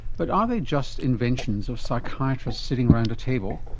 but are they just inventions of psychiatrists sitting around a table,